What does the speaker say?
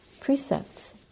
precepts